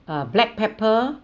uh black pepper